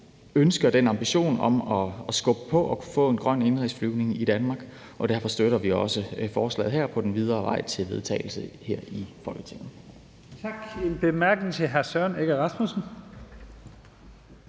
ønske og den ambition om at skubbe på og få en grøn indenrigsflyvning i Danmark. Derfor støtter vi også forslaget her på den videre vej til vedtagelse her i Folketinget. Kl. 12:08 Første næstformand